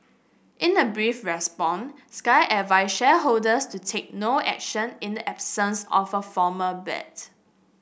in a brief response Sky advised shareholders to take no action in the absence of a formal bid